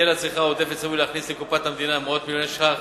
היטל הצריכה העודפת צפוי להכניס לקופת המדינה מאות מיליוני שקלים,